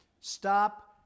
stop